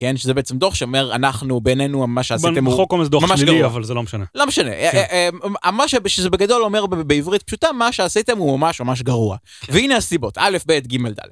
כן, שזה בעצם דוח שאומר, אנחנו, בינינו, מה שעשיתם הוא ממש גרוע. אבל זה לא משנה. לא משנה, מה שזה בגדול אומר בעברית פשוטה, מה שעשיתם הוא ממש ממש גרוע. והנה הסיבות, א', ב', ג', ד'.